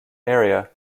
area